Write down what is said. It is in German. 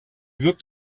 wirkt